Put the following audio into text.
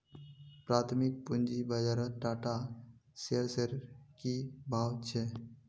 प्राथमिक पूंजी बाजारत टाटा शेयर्सेर की भाव छ